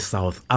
South